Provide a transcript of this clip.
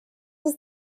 ist